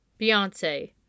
Beyonce